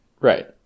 Right